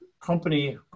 company